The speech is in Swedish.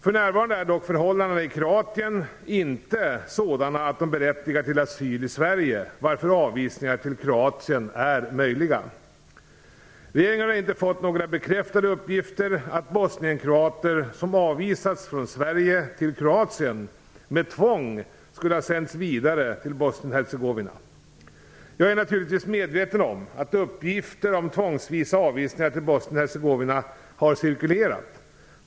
För närvarande är dock förhållandena i Kroatien inte sådana att de berättigar till asyl i Sverige, varför avvisningar till Kroatien är möjliga. Regeringen har inte fått några bekräftade uppgifter att bosnien-kroater som avvisats från Sverige till Kroatien med tvång skulle ha sänts vidare till Bosnien-Hercegovina. Jag är naturligtvis medveten om att uppgifter om tvångsvisa avvisningar till Bosnien Hercegovina har cirkulerat.